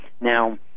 Now